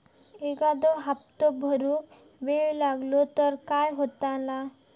एखादो हप्तो भरुक वेळ लागलो तर काय होतला?